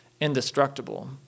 indestructible